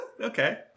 okay